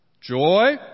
Joy